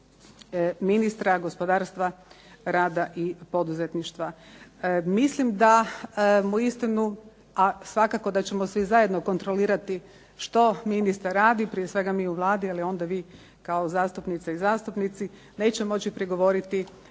ministra gospodarstva, rada i poduzetništva. Mislim da mu uistinu, a svakako da ćemo i zajedno kontrolirati što ministar radi, prije svega mi u Vladi, ali onda vi kao zastupnice i zastupnici, neće moći prigovoriti